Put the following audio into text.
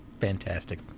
Fantastic